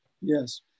Yes